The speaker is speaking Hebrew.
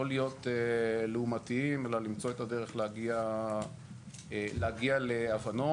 לא להיות לעומתיים אלא למצוא את הדרך להגיע להבנות.